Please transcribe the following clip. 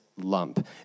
lump